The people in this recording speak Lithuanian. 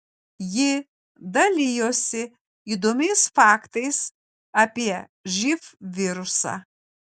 ji dalijosi įdomiais faktais apie živ virusą